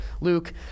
Luke